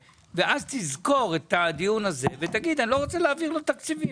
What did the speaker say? תזכור את הדיון הזה ואל תעביר לו תקציבים.